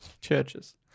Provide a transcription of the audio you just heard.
Churches